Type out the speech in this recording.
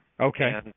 Okay